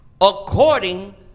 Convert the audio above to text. according